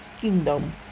kingdom